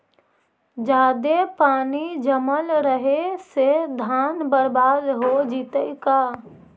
जादे पानी जमल रहे से धान बर्बाद हो जितै का?